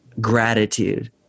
gratitude